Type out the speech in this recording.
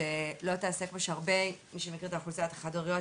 מי שמכיר את אוכלוסיית החד-הוריות,